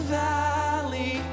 valley